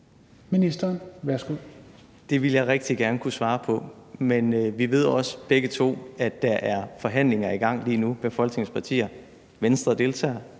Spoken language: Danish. (Simon Kollerup): Det ville jeg rigtig gerne kunne svare på. Men vi ved også begge to, at der er forhandlinger i gang lige nu med Folketingets partier. Venstre deltager,